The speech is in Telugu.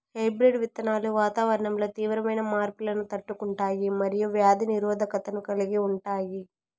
హైబ్రిడ్ విత్తనాలు వాతావరణంలో తీవ్రమైన మార్పులను తట్టుకుంటాయి మరియు వ్యాధి నిరోధకతను కలిగి ఉంటాయి